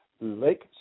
Lake